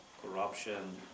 corruption